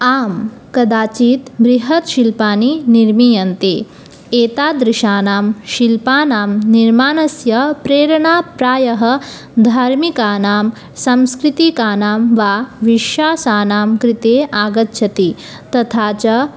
आम् कदाचित् बृहत् शिल्पानि निर्मीयन्ते एतादृशानां शिल्पानां निर्माणस्य प्रेरणाप्रायः धार्मिकानां संस्कृतिकानां वा विश्वासानां कृते आगच्छति तथा च